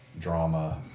drama